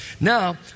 Now